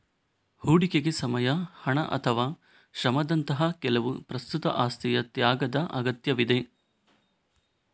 ಹೂಡಿಕೆಗೆ ಸಮಯ, ಹಣ ಅಥವಾ ಶ್ರಮದಂತಹ ಕೆಲವು ಪ್ರಸ್ತುತ ಆಸ್ತಿಯ ತ್ಯಾಗದ ಅಗತ್ಯವಿದೆ